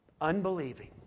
Unbelieving